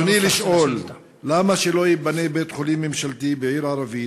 רצוני לשאול: למה שלא ייבנה בית-חולים ממשלתי בעיר ערבית,